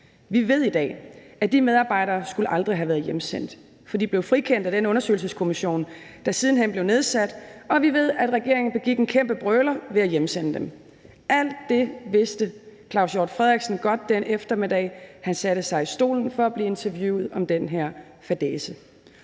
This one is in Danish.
Vi ved i dag, at de medarbejdere aldrig skulle have været hjemsendt, for de blev frikendt af den undersøgelseskommission, der siden hen blev nedsat, og vi ved, at regeringen begik en kæmpe brøler ved at hjemsende dem. Alt det vidste Claus Hjort Frederiksen godt den eftermiddag, han satte sig i stolen for at blive interviewet om den her fadæse,